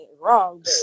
wrong